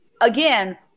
again